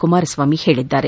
ಕುಮಾರಸ್ವಾಮಿ ಹೇಳಿದ್ದಾರೆ